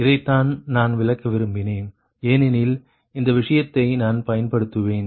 இதைத்தான் நான் விளக்க விரும்பினேன் ஏனெனில் இந்த விஷயத்தை நான் பயன்படுத்துவேன்